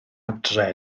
adre